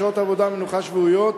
שעות עבודה מנוחה שבועיות,